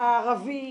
הערבי